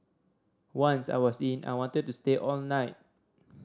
once I was in I wanted to stay all night